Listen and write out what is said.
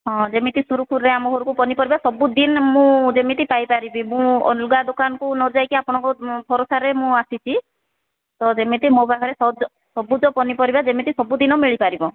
ହଁ ଯେମିତି ସୁରୁଖୁରୁରେ ଆମ ଘରକୁ ପନିପରିବା ସବୁଦିନ୍ ମୁଁ ଯେମିତି ପାଇପାରିବି ମୁଁ ଅଲ୍ଗା ଦୋକାନକୁ ନ ଯାଇକି ଆପଣଙ୍କ ଭରସାରେ ମୁଁ ଆସିଛି ତ ଯେମିତି ମୋ ପାଖରେ ସଜ ସବୁଜ ପନିପରିବା ଯେମିତି ସବୁ ଦିନ ମିଳିପାରିବ